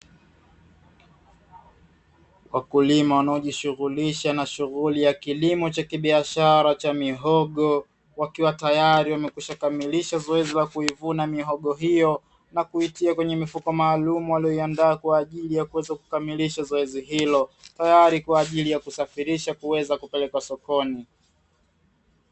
Wakulima wanaojishughulisha na kilimo cha kibiashara cha mihogo, wakiwa tayari wamekwishakamilisha zoezi la kuvuna mihogo hiyo na kuitia kwenye mifuko maalumu waliyoiandaa kwaajili ya kuweza kukamilisha zoezi hilo. Tayari kwaajili ya kuweza kusafirisha kupeleka sokoni.